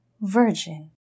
virgin